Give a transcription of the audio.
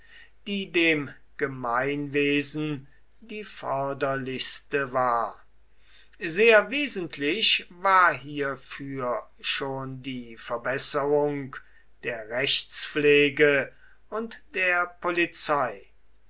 die dem gemeinwesen die förderlichste war sehr wesentlich war hierfür schon die verbesserung der rechtspflege und der polizei